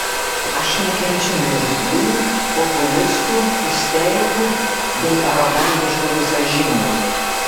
aš nekenčiu niurzglių populistų isterikų bei arogantiškų visažinių